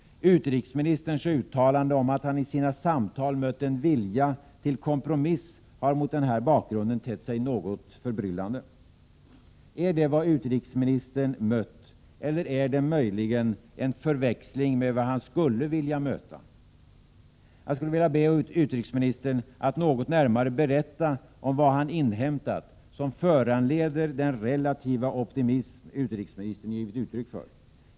Utrikesministerns uttalanden om att han i sina samtal mött en vilja till kompromiss har mot den bakgrunden tett sig något förbryllande. Är det vad utrikesministern mött eller är det möjligen en förväxling med vad han skulle vilja möta? Jag skulle vilja be utrikesministern att något närmare berätta om vad han inhämtat, som föranleder den relativa optimism utrikesministern givit uttryck för.